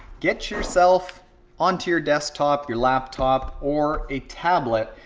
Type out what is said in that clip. get yourself onto your desktop, your laptop, or a tablet.